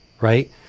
right